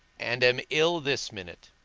and am ill, this minute.